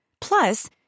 Plus